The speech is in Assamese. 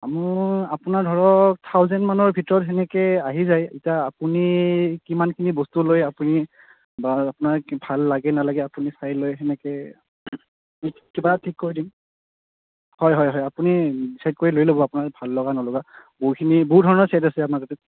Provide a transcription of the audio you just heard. মোৰ আপোনাৰ ধৰক থাউজেন মানৰ ভিতৰত তেনেকে আহি যায় এতিয়া আপুনি কিমানখিনি বস্তু লয় আপুনি বা আপোনাৰ ভাল লাগে নালাগে আপুনি চাই লৈ তেনেকে কিবা ঠিক কৰি দিম হয় হয় হয় আপুনি চেক কৰি লৈ ল'ব আপোনাৰ ভাল লগা নলগা বহুখিনি বহুধৰণৰ চেট আছে আমাৰ তাতে